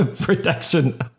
protection